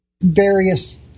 various